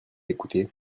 écouter